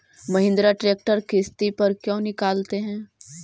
Mahindra tractor किसति पर क्यों निकालते हैं?